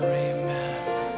remember